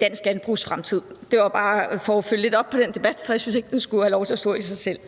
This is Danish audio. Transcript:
dansk landbrugs fremtid. Det var bare for at følge lidt op på den debat, for jeg synes ikke, at den skulle have lov at stå for sig selv.